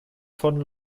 von